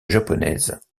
japonaise